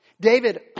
David